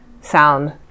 sound